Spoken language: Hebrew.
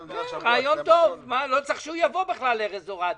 רעיון טוב, לא צריך שיבוא בכלל ארז אורעד.